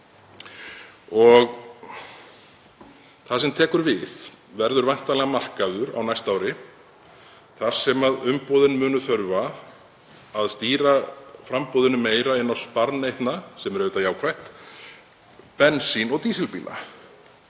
Það sem tekur við verður væntanlega markaður á næsta ári þar sem umboðin munu þurfa að stýra framboðinu meira inn á sparneytna, sem er auðvitað jákvætt, bensínbíla og dísilbíla